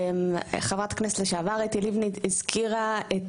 חברת הכנסת לשעבר אתי לבני הזכירה את